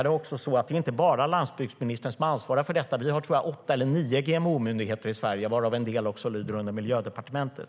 Det är dessutom inte bara landsbygdsministern som ansvarar för detta. Jag tror att vi har åtta eller nio GMO-myndigheter i Sverige varav en del lyder under Miljödepartementet.